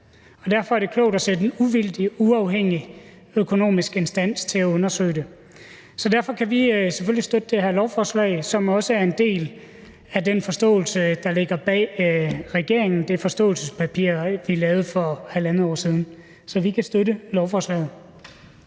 Og derfor er det klogt at sætte en uvildig, uafhængig økonomisk instans til at undersøge det. Derfor kan vi selvfølgelig støtte det her lovforslag, som også er en del af det forståelsespapir, der ligger bag, og som vi lavede med regeringen for 1½ år siden. Så vi kan støtte lovforslaget.